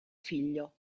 figlio